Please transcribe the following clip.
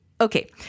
Okay